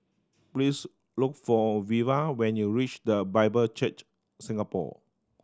please look for Veva when you reach The Bible Church Singapore